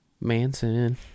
Manson